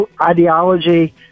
ideology